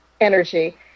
energy